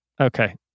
Okay